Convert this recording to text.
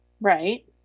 Right